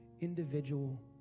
individual